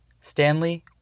Stanley